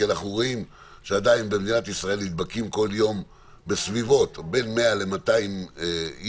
כי אנחנו רואים שעדיין במדינת ישראל נדבקים כל יום בין 100 ל-200 איש,